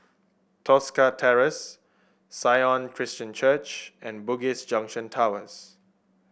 Tosca Terrace Sion Christian Church and Bugis Junction Towers